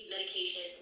medication